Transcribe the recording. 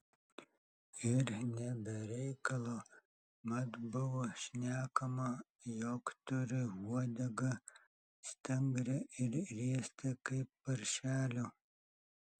ir ne be reikalo mat buvo šnekama jog turi uodegą stangrią ir riestą kaip paršelio